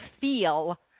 feel